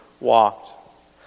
walked